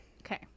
Okay